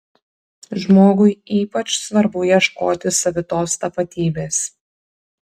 žmogui ypač svarbu ieškoti savitos tapatybės